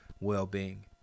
well-being